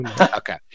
Okay